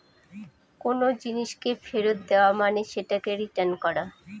কোনো জিনিসকে ফেরত দেওয়া মানে সেটাকে রিটার্ন করা